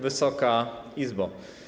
Wysoka Izbo!